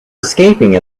escaping